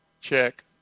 check